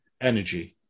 energy